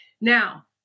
Now